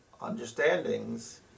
understandings